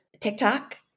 TikTok